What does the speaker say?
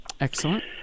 Excellent